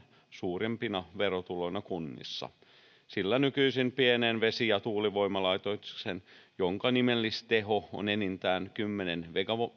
suurempina verotuloina kunnissa sillä nykyisin pieneen vesi ja tuulivoimalaitokseen jonka nimellisteho on enintään kymmenen